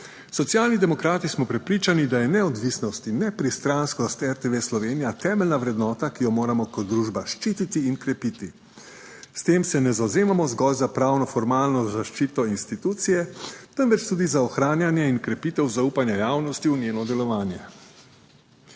Socialni demokrati smo prepričani, da je neodvisnost in nepristranskost RTV Slovenija temeljna vrednota, ki jo moramo kot družba ščititi in krepiti. S tem se ne zavzemamo zgolj za pravno formalno zaščito institucije, temveč tudi za ohranjanje in krepitev zaupanja javnosti v njeno delovanje.